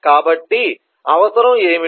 కాబట్టి అవసరం ఏమిటి